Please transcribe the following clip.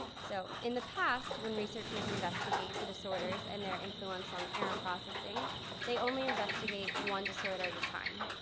so in the past when researchers investigate the disorders and their influence on error processing they only investigate one disorder at a time.